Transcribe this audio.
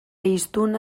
hiztun